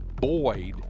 Boyd